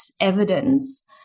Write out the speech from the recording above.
evidence